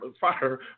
fire